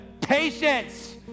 Patience